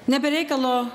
ne be reikalo